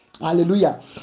Hallelujah